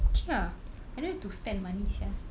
okay ah I don't need to spend money sia